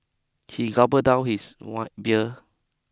he gulped down his one beer